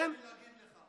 תרשה לי להגיד לך,